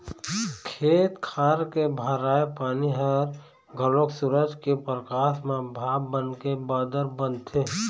खेत खार के भराए पानी ह घलोक सूरज के परकास म भाप बनके बादर बनथे